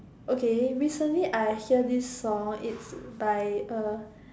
okay recently I hear this song it's by uh